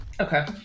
Okay